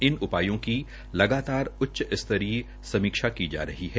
इन उपायों की लगातार उच्चस्तरीय समीक्षा की जा रही है